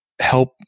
help